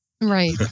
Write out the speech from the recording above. Right